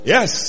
Yes